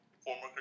former